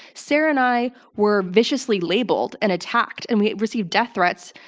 sarah and i were viciously labeled and attacked, and we received death threats,